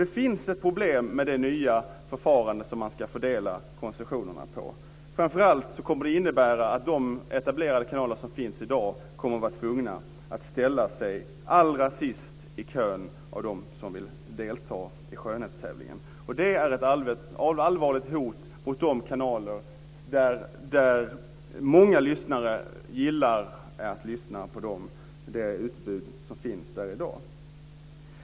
Det finns också ett problem med det nya förfarande som man ska fördela koncessionerna efter. Framför allt kommer det att innebära att de i dag etablerade kanalerna kommer att tvingas ställa sig allra sist i kön av dem som vill delta i skönhetstävlingen. Det är ett allvarligt hot mot de kanaler vars utbud många lyssnar på i dag.